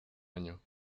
año